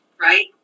right